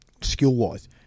skill-wise